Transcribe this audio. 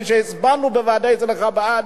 כפי שהצבענו אצלך בוועדה בעד,